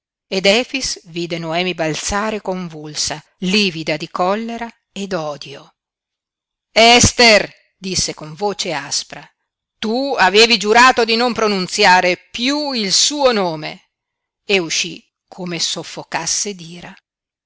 ed efix vide noemi balzare convulsa livida di collera e d'odio ester disse con voce aspra tu avevi giurato di non pronunziare piú il suo nome e uscí come soffocasse d'ira